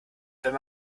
wenn